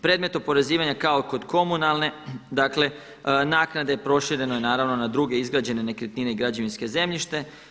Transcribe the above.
Predmet oporezivanja kao kod komunalne, dakle naknade prošireno je naravno na druge izgrađene nekretnine i građevinsko zemljište.